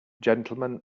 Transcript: gentlemen